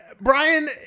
Brian